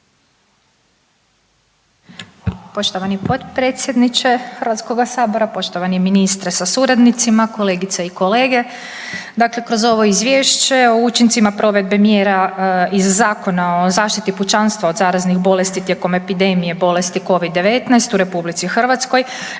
Poštovani potpredsjedniče HS-a, poštovani ministre sa suradnicima, kolegice i kolege. Dakle, kroz ovo izvješće o učincima provedbe mjera iz Zakona o zaštiti pučanstva od zaraznih bolesti tijekom epidemije bolesti Covid-19 u RH nastoji